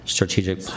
Strategic